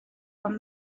from